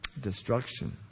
destruction